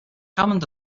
hammond